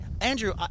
Andrew